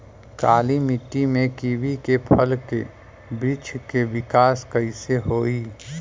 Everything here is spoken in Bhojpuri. काली मिट्टी में कीवी के फल के बृछ के विकास कइसे होई?